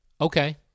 Okay